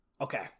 Okay